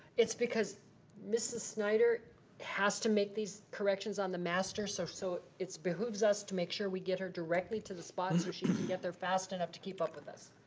it's because mrs. snyder has to make these corrections on the master, so so it behooves us to make sure we get her directly to the spot so she can get there fast enough to keep up with us.